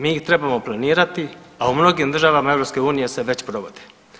Mi ih trebamo planirati, a u mnogim državama EU se već provode.